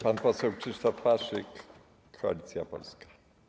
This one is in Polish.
Pan poseł Krzysztof Paszyk, Koalicja Polska.